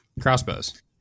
Crossbows